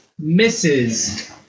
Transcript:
Mrs